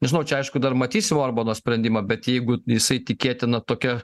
nežinau čia aišku dar matysim orbano sprendimą bet jeigu jisai tikėtina tokia